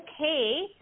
okay